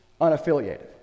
unaffiliated